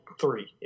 three